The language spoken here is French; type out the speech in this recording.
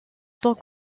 tant